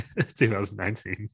2019